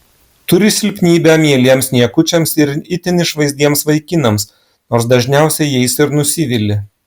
turi silpnybę mieliems niekučiams ir itin išvaizdiems vaikinams nors dažniausiai jais ir nusivili